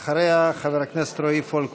אחריה, חבר הכנסת רועי פולקמן.